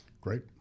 Great